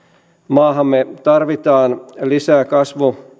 maahamme tarvitaan lisää